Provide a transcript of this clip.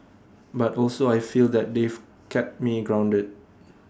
but also I feel that they've kept me grounded